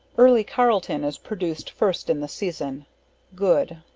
early carlton, is produced first in the season good.